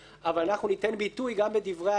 אבל אנחנו ניתן ביטוי גם בדברי ההסבר,